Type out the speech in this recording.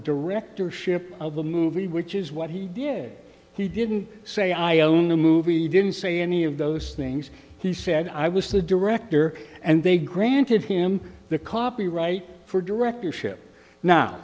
directorship of the movie which is what he did he didn't say i own the movie didn't say any of those things he said i was the director and they granted him the copyright for directorship now